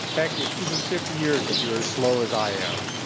heck, even fifty years if you're as slow as i am.